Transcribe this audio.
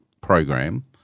program